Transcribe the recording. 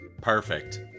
perfect